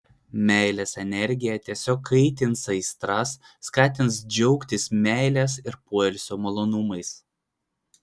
meilės energija tiesiog kaitins aistras skatins džiaugtis meilės ir poilsio malonumais